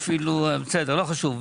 בסדר, לא חשוב.